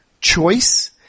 choice